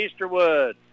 Easterwood